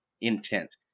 intent